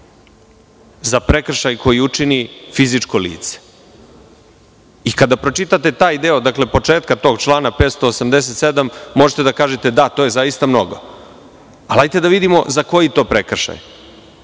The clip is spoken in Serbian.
za prekršaj koji učini krivično lice. Kada pročitate taj deo početka tog člana 587. možete da kažete – da, to je zaista mnogo. Ali, hajde da vidimo za koji je to prekršaj.